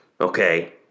Okay